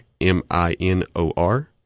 M-I-N-O-R